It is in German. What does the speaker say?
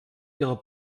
ihre